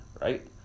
right